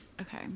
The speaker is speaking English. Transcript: okay